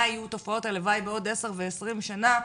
יהיו תופעות הלוואי בעוד עשר ועשרים שנה,